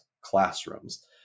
classrooms